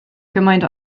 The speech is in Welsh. gymaint